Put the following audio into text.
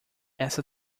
essa